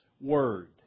Word